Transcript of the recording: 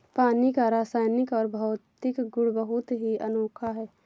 पानी का रासायनिक और भौतिक गुण बहुत ही अनोखा है